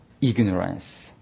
ignorance